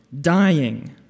dying